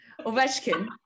Ovechkin